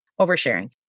Oversharing